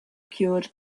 cured